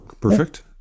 Perfect